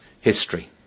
history